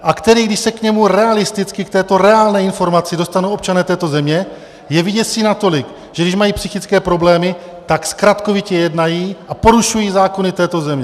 A který, když se k němu realisticky k této reálné informaci dostanou občané této země, je vyděsí natolik, že když mají psychické problémy, tak zkratkovitě jednají a porušují zákony této země.